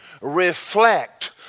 reflect